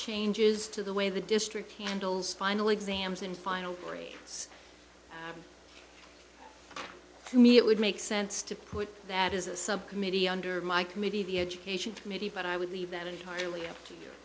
changes to the way the district handles final exams and final grades to me it would make sense to put that is a subcommittee under my committee the education committee but i would leave that entirely up to you